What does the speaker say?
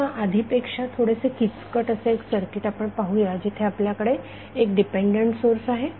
आता आधीपेक्षा थोडेसे किचकट असे एक सर्किट आपण पाहूया जिथे आपल्याकडे एक डिपेंडंट सोर्स आहे